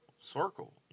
circle